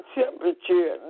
temperature